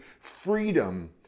freedom